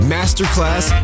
Masterclass